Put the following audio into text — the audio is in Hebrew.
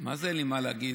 מה זה אין לי מה להגיד?